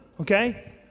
okay